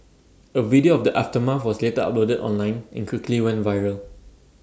A video of the aftermath was later uploaded online and quickly went viral